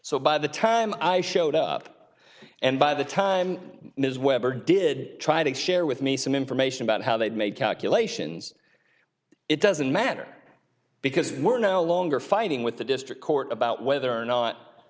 so by the time i showed up and by the time ms webber did try to share with me some information about how they'd made calculations it doesn't matter because we're no longer fighting with the district court about whether or not